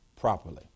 properly